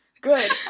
Good